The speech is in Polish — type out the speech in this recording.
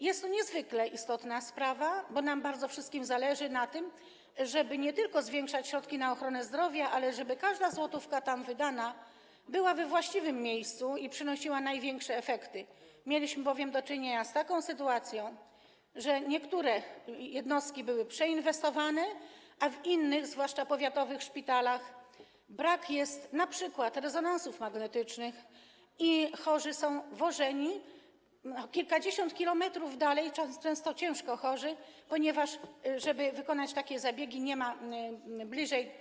Jest to niezwykle istotna sprawa, bo nam wszystkim bardzo zależy na tym, żeby nie tylko zwiększać środki na ochronę zdrowia, ale żeby każda złotówka tam wydana była wydana we właściwym miejscu i przynosiła największe efekty, a mamy do czynienia z taką sytuacją, że niektóre jednostki były przeinwestowane, a w innych, zwłaszcza powiatowych szpitalach, brakuje np. rezonansów magnetycznych i chorzy są wożeni kilkadziesiąt kilometrów dalej, często ciężko chorzy, ponieważ nie ma takiej możliwości, żeby wykonać takie zabiegi gdzieś bliżej.